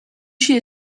she